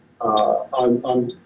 on